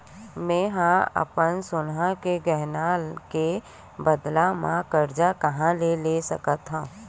मेंहा अपन सोनहा के गहना के बदला मा कर्जा कहाँ ले सकथव?